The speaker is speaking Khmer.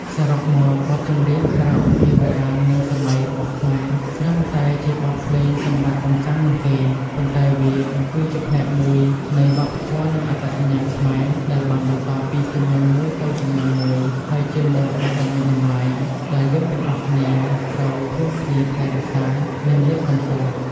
សរុបមក បទចម្រៀងខារ៉ាអូខេបុរាណនិងសម័យរបស់ខ្មែរ ត្រឹមតែជាបទភ្លេងសម្រាប់កម្សាន្តនោះទេ ប៉ុន្តែវាគឺជាផ្នែកមួយនៃវប្បធម៌និងអត្តសញ្ញាណខ្មែរ ដែលបានបន្តពីជំនាន់មួយទៅជំនាន់មួយ ហើយជាមរតកដ៏មានតម្លៃ ដែលយើងទាំងអស់គ្នាត្រូវរួមគ្នាថែរក្សា និងលើកកម្ពស់។។